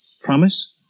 Promise